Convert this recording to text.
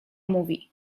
mówi